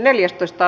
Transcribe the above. asia